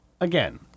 Again-